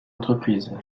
entreprise